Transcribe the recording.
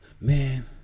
man